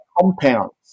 compounds